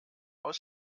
aus